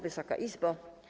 Wysoka Izbo!